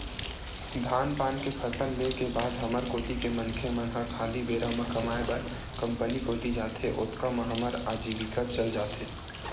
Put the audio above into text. धान पान के फसल ले के बाद हमर कोती के मनखे मन ह खाली बेरा म कमाय बर कंपनी कोती जाथे, ओतका म हमर अजीविका चल जाथे